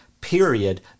period